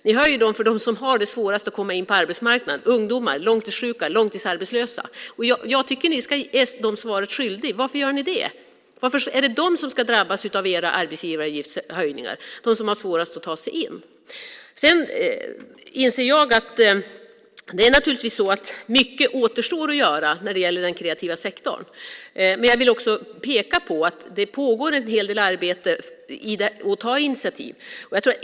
Ni höjer dem för dem som har svårast att komma in på arbetsmarknaden: ungdomar, långtidssjuka och långtidsarbetslösa. Jag tycker att ni är dem svaret skyldig. Varför gör ni det? Varför är det de som har svårast att ta sig in på arbetsmarknaden som ska drabbas av era arbetsgivaravgiftshöjningar? Jag inser att det naturligtvis återstår mycket att göra när det gäller den kreativa sektorn. Men jag vill också peka på att det pågår en hel del arbete med att ta initiativ.